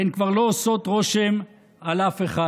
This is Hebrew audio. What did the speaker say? הן כבר לא עושות רושם על אף אחד.